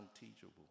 unteachable